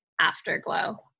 afterglow